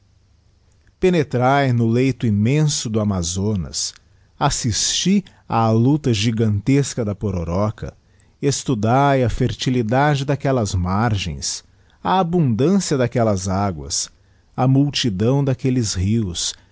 penetrae no leito immensodo amazonas assisti á luta gigantesca da pororóca estudae a fertilidade daquellas margens a abundância daquellas aguas a multidão daquelles rios